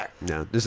No